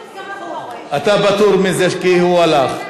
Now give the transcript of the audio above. אתה פטור מזה כי הוא הלך.